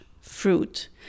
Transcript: fruit